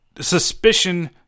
suspicion